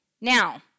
Now